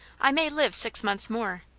i may live six months more,